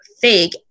fake